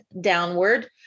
downward